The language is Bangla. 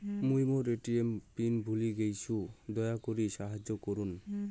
মুই মোর এ.টি.এম পিন ভুলে গেইসু, দয়া করি সাহাইয্য করুন